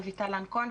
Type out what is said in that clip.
רויטל לן כהן,